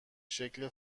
شکل